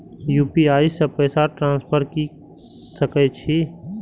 UPI से पैसा transfer की सके छी?